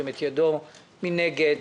מי נגד?